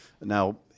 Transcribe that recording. Now